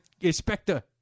inspector